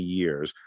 years